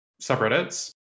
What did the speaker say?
subreddits